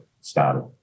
started